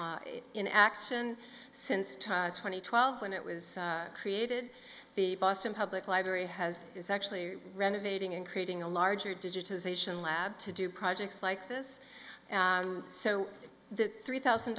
in action since time twenty twelve when it was created the boston public library has is actually renovating and creating a larger digitization lab to do projects like this so that three thousand